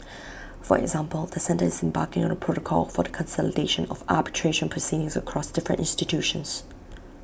for example the centre is embarking on A protocol for the consolidation of arbitration proceedings across different institutions